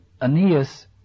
Aeneas